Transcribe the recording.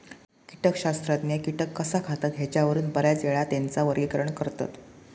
कीटकशास्त्रज्ञ कीटक कसा खातत ह्येच्यावरून बऱ्याचयेळा त्येंचा वर्गीकरण करतत